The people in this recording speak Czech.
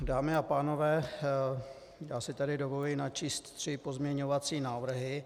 Dámy a pánové, já si tady dovoluji načíst tři pozměňovací návrhy.